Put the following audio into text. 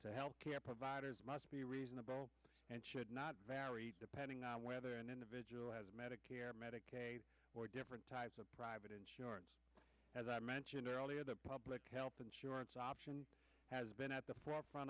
to healthcare providers must be reasonable and should not vary depending on whether an individual has a medicare medicaid or different types of private insurance as i mentioned earlier that public health insurance option has been at the forefront